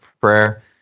prayer